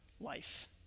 life